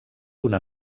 una